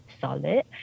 solid